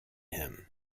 him